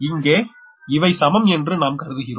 இங்கே இவை சமம் என்று நாம் கருதுகிறோம்